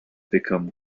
become